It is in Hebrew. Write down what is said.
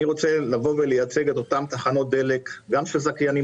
ואני רוצה לייצג את אותן תחנות דלק גם של זכיינים